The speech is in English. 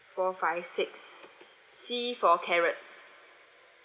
four five six C for carrot